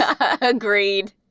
Agreed